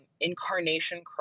incarnation